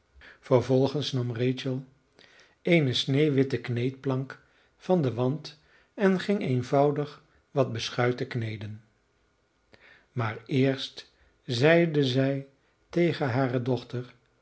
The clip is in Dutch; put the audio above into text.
vervolgens nam rachel eene sneeuwwitte kneedplank van den wand en ging eenvoudig wat beschuiten kneden maar eerst zeide zij tegen hare dochter